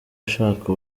ashaka